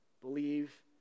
Believe